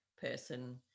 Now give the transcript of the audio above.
person